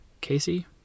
casey